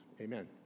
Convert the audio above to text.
Amen